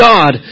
God